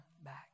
back